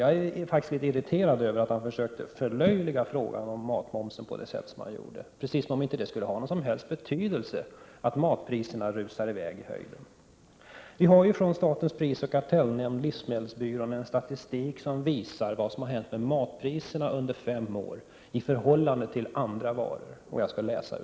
Jag är faktiskt irriterad över att han försökte förlöjliga frågan på det sätt som han gjorde, nämligen som om det inte skulle ha någon betydelse att matpriserna rusar i höjden som de gör. Vi har ju från statens prisoch kartellnämnd, livsmedelsbyrån, fått statistik som visar vad som har hänt med matpriserna under fem år i förhållande till andra varor.